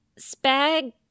spag